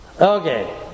Okay